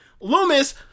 Loomis